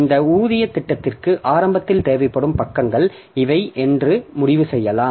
இந்த ஊதியத் திட்டத்திற்கு ஆரம்பத்தில் தேவைப்படும் பக்கங்கள் இவை என்று முடிவு செய்யலாம்